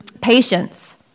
Patience